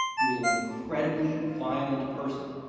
he was an incredibly violent person.